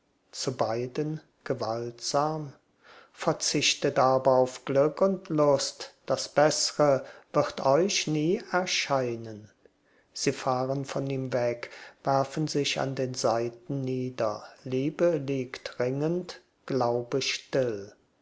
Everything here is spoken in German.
zu beiden gewaltsam verzichtet aber auf glück und lust das beßre wird euch nie erscheinen sie fahren von ihm weg werfen sich an den seiten nieder liebe liegt ringend glaube still